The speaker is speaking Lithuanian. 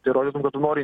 tai įrodytum kad tu nori